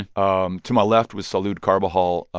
um to my left was salud carbajal,